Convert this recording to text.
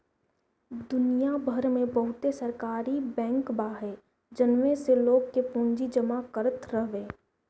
दुनिया भर में बहुते सहकारी बैंक बाटे जवन की लोग के पूंजी जमा करत हवे